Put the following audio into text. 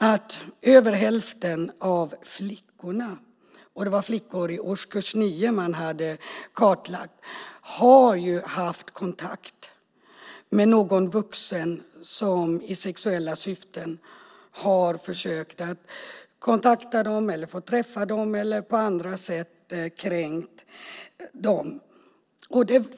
Brå har kartlagt flickor i årskurs 9 och över hälften av dessa har haft kontakt med någon vuxen som i sexuellt syfte har försökt kontakta dem, träffa dem eller på andra sätt kränkt dem.